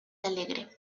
alegre